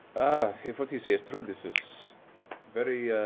if what you say is true, this is very